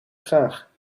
vraag